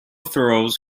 throwers